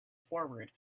forward